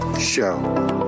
show